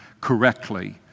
correctly